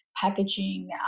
packaging